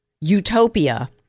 utopia